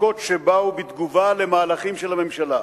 מכות שבאו בתגובה למהלכים של הממשלה.